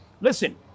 Listen